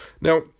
Now